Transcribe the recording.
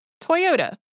Toyota